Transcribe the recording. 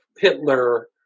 Hitler